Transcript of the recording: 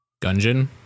Gungeon